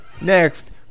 Next